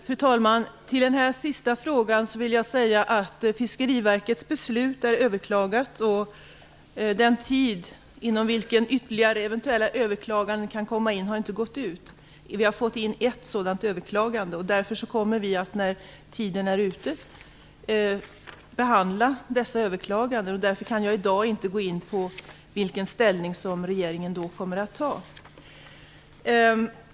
Fru talman! Med anledning av den senaste frågan vill jag säga att Fiskeriverkets beslut är överklagat. Den tid inom vilken ytterligare eventuella överklaganden kan komma in har inte gått ut. Vi har fått in ett överklagande. När tiden är ute kommer vi att behandla dessa överklaganden. Därför kan jag inte i dag gå in på vilken ställning regering då kommer att ta.